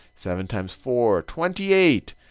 seven times four, twenty eight.